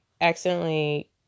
accidentally